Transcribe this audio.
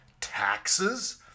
taxes